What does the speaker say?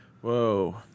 whoa